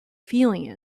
feeling